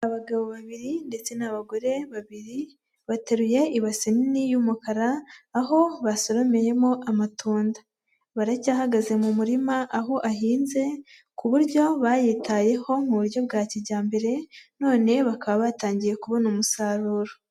Abagabo babiri ndetse n'abagore babiri bateruye ibase nini y'umukara aho basoromeyemo amatunda, baracyahagaze mu murima aho ahinze ku buryo bayitayeho mu buryo bwa kijyambere, none bakaba batangiye kubona umusaruro.